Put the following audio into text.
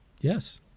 Yes